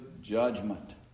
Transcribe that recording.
judgment